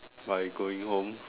by going home